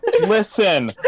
Listen